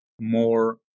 more